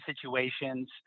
situations